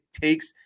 takes